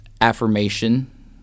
affirmation